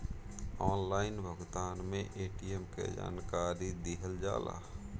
Online भुगतान में ATM के जानकारी दिहल जाला?